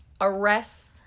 arrests